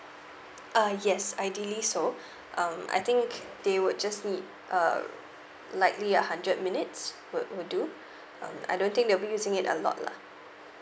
ah yes ideally so um I think they would just need err likely a hundred minutes would would do um I don't think they'll using it a lot lah